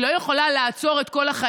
היא לא יכולה לעצור את כל החיים,